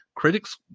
Critics